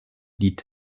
dit